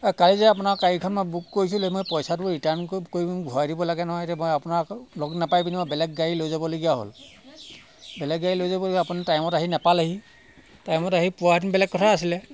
এই কালি যে আপোনাৰ গাড়ীখন মই বুক কৰিছিলো মই পইচাটো ৰিটাৰ্ণ কৰিম ঘূৰাই দিব লাগে নহয় এতিয়া মই আপোনাক লগ নাপাই পিনি বেলেগ গাড়ী লৈ যাবলগীয়া হ'ল বেলেগ গাড়ী লৈ যাবলগীয়া হ'ল আপুনি টাইমত আহি নাপালেহি টাইমত আহি পোৱাহেঁতেন বেলেগ কথা অছিলে